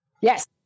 Yes